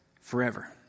forever